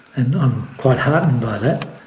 and i'm quite heartened by that.